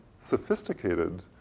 sophisticated